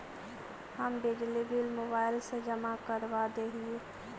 हम बिजली bill mobile से जमा करवा देहियै?